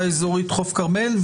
מהמועצה האזורית חוף הכרמל.